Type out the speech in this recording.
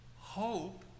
Hope